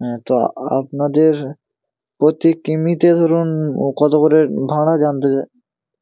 হ্যাঁ তো আ আপনাদের প্রতি কিমিতে ধরুন কত করে ভাড়া জানতে